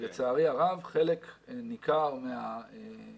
לצערי הרב חלק ניכר מהעבריינים,